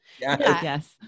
Yes